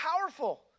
powerful